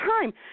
time